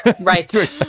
right